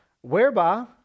whereby